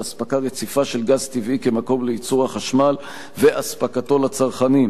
באספקה רציפה של גז טבעי כמקור לייצור החשמל ובאספקתו לצרכנים.